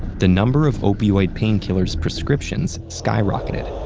the number of opioid painkillers prescriptions skyrocketed,